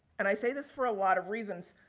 and, i say this for a lot of reasons.